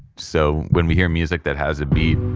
so when we hear music that has a beat,